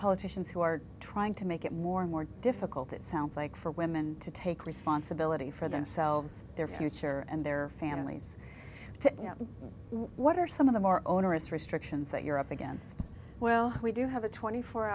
politicians who are trying to make it more and more difficult it sounds like for women to take responsibility for themselves their future and their families to you know what are some of the more onerous restrictions that you're up against well we do have a twenty four